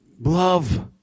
love